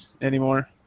anymore